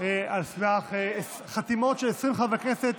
על סמך חתימות של 20 חברי כנסת,